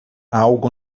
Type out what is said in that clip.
algo